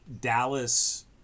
Dallas